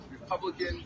Republican